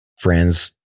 friends